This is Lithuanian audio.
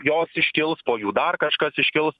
jos iškils po jų dar kažkas iškils